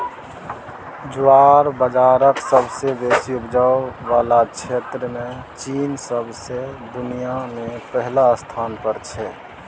ज्वार बजराक सबसँ बेसी उपजाबै बला क्षेत्रमे चीन सौंसे दुनियाँ मे पहिल स्थान पर छै